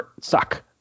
suck